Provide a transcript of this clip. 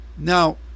Now